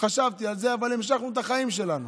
חשבתי על זה, אבל המשכנו את החיים שלנו.